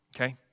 Okay